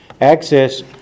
access